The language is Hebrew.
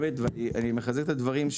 ובאמת אני מחדד את הדברים,